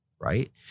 right